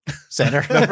center